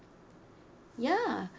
ya